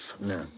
No